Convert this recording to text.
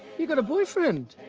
you got a boyfriend.